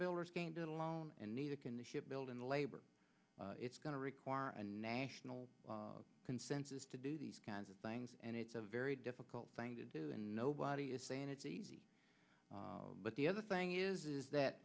shipbuilders game that alone and neither can the shipbuilding labor it's going to require a national consensus to do these kinds of things and it's a very difficult thing to do and nobody is saying it's easy but the other thing is is that